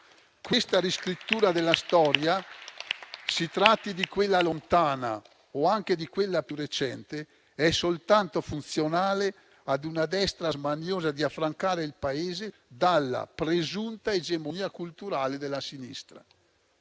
Questa riscrittura della storia, si tratti di quella lontana o anche di quella più recente, è soltanto funzionale ad una destra smaniosa di affrancare il Paese dalla presunta egemonia culturale della sinistra.